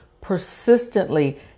persistently